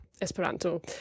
Esperanto